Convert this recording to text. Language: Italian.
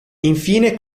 infine